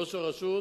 ראש הרשות